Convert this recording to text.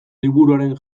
liburuaren